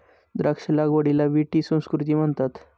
द्राक्ष लागवडीला विटी संस्कृती म्हणतात